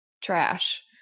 trash